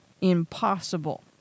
Impossible